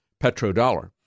petrodollar